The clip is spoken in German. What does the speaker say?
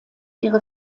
ihre